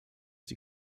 die